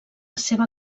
seva